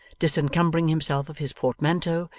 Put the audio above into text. disencumbering himself of his portmanteau,